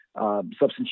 Substance